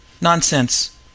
Nonsense